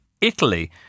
Italy